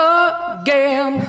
again